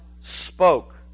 spoke